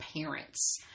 parents